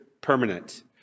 permanent